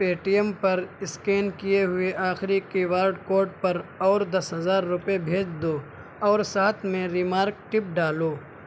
پے T M پر scan کیے ہوئے آخری کیو آر کوڈ پر اور دس ہزار روپئے بھیج دو اور ساتھ میں ریمارک ٹپ ڈالو